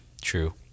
True